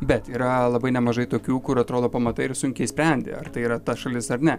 bet yra labai nemažai tokių kur atrodo pamatai ir sunkiai sprendi ar tai yra ta šalis ar ne